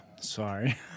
sorry